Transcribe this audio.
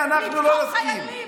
אדוני היו"ר,